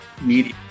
media